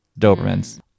dobermans